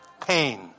pain